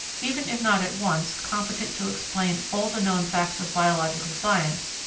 even if not at once, competent to explain all the known facts of biological science,